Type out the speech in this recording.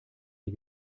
die